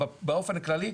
באופן כללי,